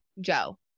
Joe